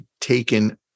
taken